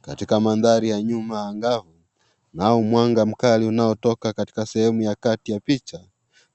Katika mazingira ya nyuma angafu kunao mwanga mkubwa unaotoka katika sehemu ya katikati ya picha